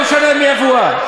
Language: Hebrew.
לא משנה מאיפה הוא בא.